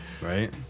right